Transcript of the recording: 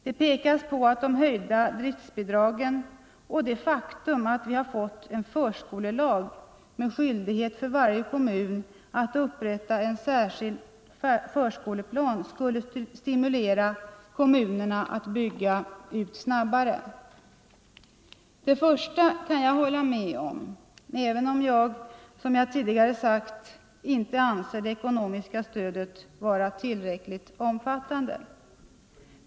Det pekas på att de höjda driftbidragen och det faktum att vi fått en förskolelag med skyldighet för varje kommun att upprätta en särskild förskoleplan skulle stimulera kommunerna att bygga ut snabbare. Det första kan jag hålla med om, även om jag, som jag tidigare sagt, inte anser det ekonomiska stödet vara tillräckligt omfattande.